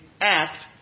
act